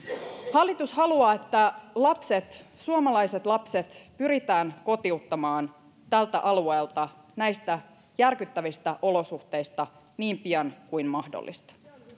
hallitus haluaa että suomalaiset lapset pyritään kotiuttamaan tältä alueelta näistä järkyttävistä olosuhteista niin pian kuin mahdollista